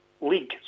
league